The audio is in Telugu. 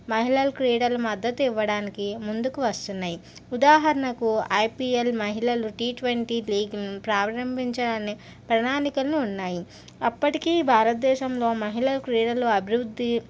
మహిళలు క్రీడలు మద్దతు ఇవ్వడానికి ముందుకు వస్తున్నాయి ఉదాహరణకు ఐపీఎల్ మహిళలు టీ ట్వంటీ లీగ్ను ప్రారంభించడానికి ప్రణాళికలు ఉన్నాయి అప్పటికీ భారతదేశంలో మహిళలు క్రీడలు అభివృద్ధి